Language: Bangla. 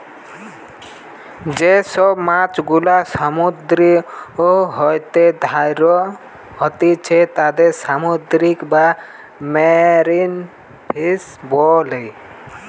যে সব মাছ গুলা সমুদ্র হইতে ধ্যরা হতিছে তাদির সামুদ্রিক বা মেরিন ফিশ বোলে